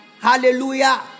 Hallelujah